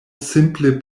simple